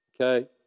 Okay